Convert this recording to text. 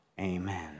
Amen